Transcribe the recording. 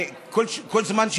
כל זמן,